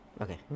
Okay